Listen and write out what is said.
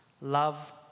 love